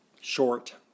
short